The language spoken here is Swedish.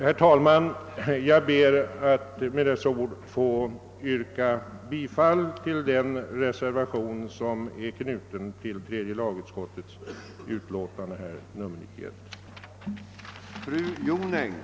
: Herr talman! Jag ber att med dessa ord få yrka bifall till den reservation som är knuten till tredje lagutskottets utlåtande nr 91.